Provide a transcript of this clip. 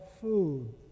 food